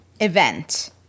event